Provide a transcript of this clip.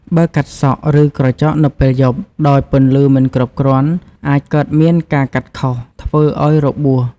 បើកាត់សក់ ឬក្រចកនៅពេលយប់ ដោយពន្លឺមិនគ្រប់គ្រាន់ អាចកើតមានការកាត់ខុស ធ្វើឲ្យរបួស ។